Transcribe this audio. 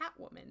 Catwoman